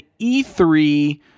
E3